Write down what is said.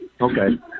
Okay